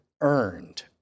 earned